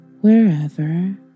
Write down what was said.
wherever